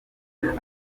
inyuma